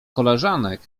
koleżanek